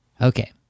Okay